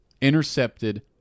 intercepted